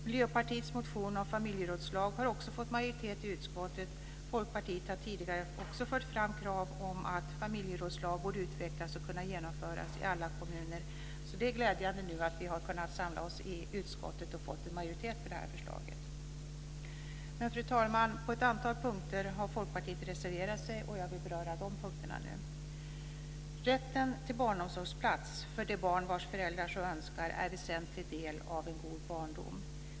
Miljöpartiets motion om familjerådslag har också fått majoritet i utskottet. Folkpartiet har tidigare fört fram krav om att familjerådslag borde utvecklas och kunna genomföras i alla kommuner. Det är glädjande att vi har kunnat samla oss i utskottet och fått en majoritet för förslaget. Fru talman! På ett antal punkter har Folkpartiet reserverat sig, och jag vill nu beröra dessa punkter. Rätten till barnomsorgsplats för det barn vars föräldrar så önskar är en väsentlig del av en god barndom.